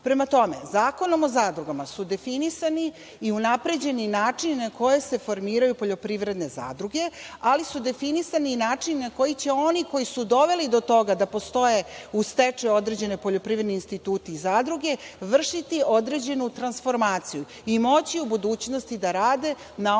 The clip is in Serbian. Prema tome, Zakonom o zadrugama su definisani i unapređeni načina na koje se formiraju poljoprivredne zadruge, ali su definisani i načini na koji će oni, koji su doveli do toga da postoje u stečaju određeni poljoprivredni instituti i zadruge, vršiti određenu tranformaciju i moći u budućnosti da rade na onaj